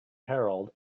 herald